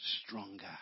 stronger